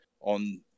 on